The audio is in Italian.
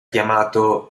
chiamato